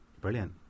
brilliant